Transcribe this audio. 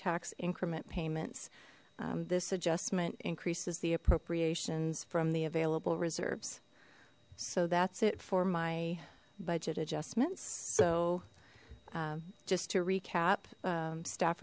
tax increment payments this adjustment increases the appropriations from the available reserves so that's it for my budget adjustments so just to recap